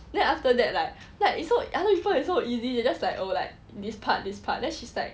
then after that like like it's so other people it's so easy you just like oh like this part this part then she's like